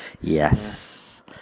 Yes